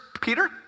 Peter